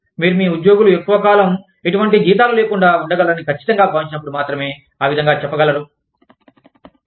మీరు మీ ఉద్యోగులు ఎక్కువ కాలం ఎటువంటి జీతాలు లేకుండా ఉండగలరని ఖచ్చితంగా భావించినపుడు మాత్రమే ఆ విధంగా చెప్పగలరు